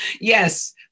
Yes